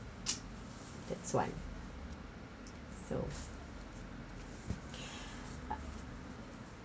that's why so